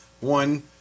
One